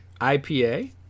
IPA